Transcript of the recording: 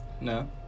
No